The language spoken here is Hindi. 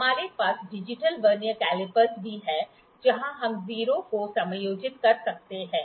हमारे पास डिजिटल वर्नियर कैलिपर्स भी हैं जहां हम 0 को समायोजित कर सकते हैं